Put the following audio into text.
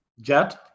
Jet